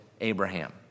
Abraham